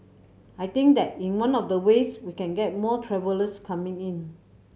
I think that in one of the ways we can get more travellers coming in